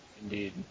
Indeed